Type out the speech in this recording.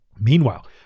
Meanwhile